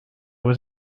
was